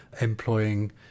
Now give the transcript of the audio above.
employing